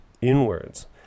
inwards